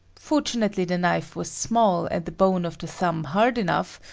fortunately the knife was small and the bone of the thumb hard enough,